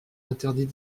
interdit